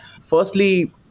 Firstly